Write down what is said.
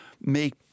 make